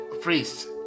priests